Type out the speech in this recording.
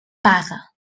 paga